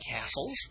castles